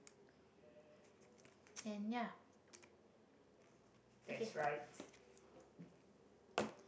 and ya okay